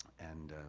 and